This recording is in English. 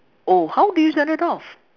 oh how did you turn it off